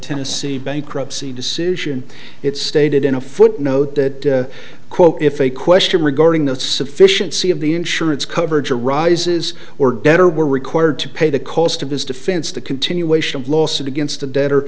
tennessee bankruptcy decision it's stated in a footnote that quote if a question regarding the sufficiency of the insurance coverage arises or debtor were required to pay the cost of his defense the continuation of lawsuit against the debtor